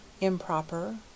Improper